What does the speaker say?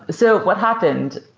so what happened,